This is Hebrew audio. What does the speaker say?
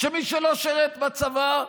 שמי שלא שירת בצבא,